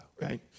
right